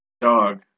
dog